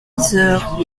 yzeure